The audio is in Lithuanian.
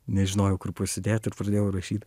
nežinojau kur pasidėt ir pradėjau rašyt